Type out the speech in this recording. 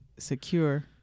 secure